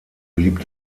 blieb